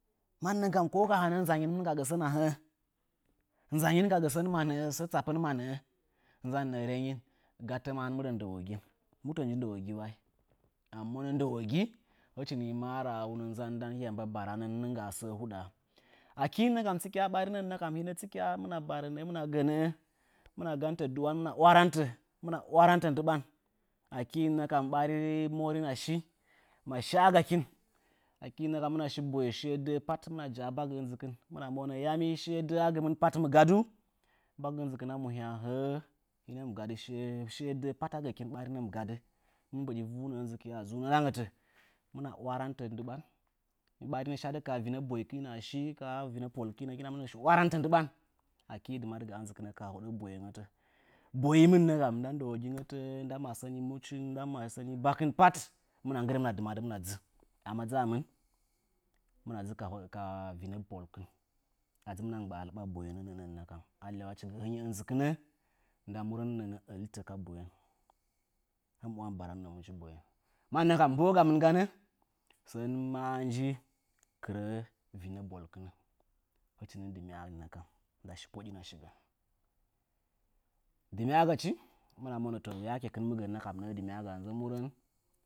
Mannə kam ko ka hanə nzanyin mə hɨmɨn ka ga sən a həə. nzanyi ka gə sə tsappən ma nə'ə, mannə gatə mə hɨn mɨ rə ndənogin. Mu nji ndənogi, a mɨ monə ndəwogi, hɨchi nɨ mə rə hiya manən nɨnggə səə huɗə. Akɨ nə kam tsɨkyə barinə, himɨna barə nəə hɨmɨna gə nəə, nɨmɨna warantə ndiɓa, hɨmɨna warantə. Akɨ ɓari monina shi, ma shə, gakin, akɨ hɨkina boye səə də'ə pat, hɨmɨna ja'a bagɨ ɨnzɨkɨn hɨmɨna monə yami, səə dəə patmə gadau? Bagɨ inzikɨn muhya həə, ɓariye mɨ gadɨ səə dəə pat a gəkin mɨ gadɨ. Hɨmɨna warantə ndɨɓan, ɓariye shi a boyekin ka vinə polkɨnə hɨkina mɨnə shi warantə ndɨɓan. Akɨ mi dimadɨ gamɨn hɨkina dzuu ka hoɗa boye. Boyen na kam nda nɗənogingətə, nda masəni mochi, nda masəni bakɨn pat, hɨmina nggɨra hɨmɨna dɨmadɨ himɨ a dzi. Ama dzəmɨn? Hɨmɨna dzɨ kavinə polkɨn a dzɨmina lɨɓa boyen na a iyawachigɨ hɨnyi ɨnzɨkɨnə nda murənə alitɨtə ka boyen. Hɨn mɨ uya mɨ baranuunə mu nji boyen. Mannakam mə gamɨn ganə gan mə nji kirə vina bolkɨn dɨmya'a ndashi popoɗin a shigən. Ma dɨmya'a gachi to, hɨmɨna monə yakekɨn mɨ gə nəə dɨmya'a ga nza murən.